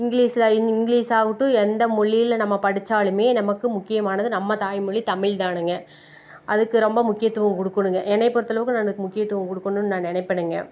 இங்கிலீஷில் இங்கிலீஷாகட்டும் எந்த மொழியில் நம்ம படித்தாலுமே நமக்கு முக்கியமானது நம்ம தாய்மொழி தமிழ்தானுங்க அதுக்கு ரொம்ப முக்கியத்துவம் கொடுக்குணுங்க என்னை பொருத்தளவுக்கு எனக்கு முக்கியத்துவம் கொடுக்குணுனு நான் நினைப்பனுங்க